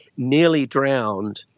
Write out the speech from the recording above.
nearly drowned,